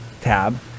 tab